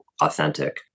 authentic